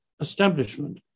establishment